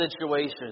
situations